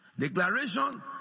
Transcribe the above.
Declaration